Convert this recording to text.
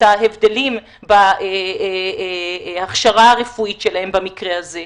ההבדלים בהכשרה הרפואית שלהם במקרה הזה,